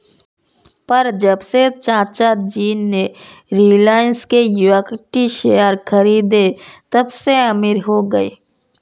पर जब से चाचा जी ने रिलायंस के इक्विटी शेयर खरीदें तबसे अमीर हो गए